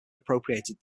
appropriated